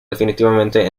definitivamente